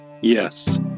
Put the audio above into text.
Yes